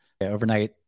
overnight